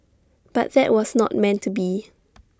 but that was not meant to be